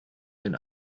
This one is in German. den